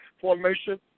formation